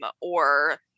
or-